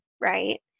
right